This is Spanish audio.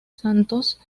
santos